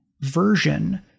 version